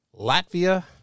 Latvia